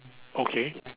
okay